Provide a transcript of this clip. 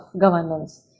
governance